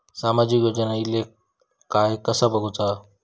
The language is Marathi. सामाजिक योजना इले काय कसा बघुचा?